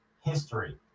history